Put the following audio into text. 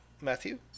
Matthew